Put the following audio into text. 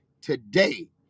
today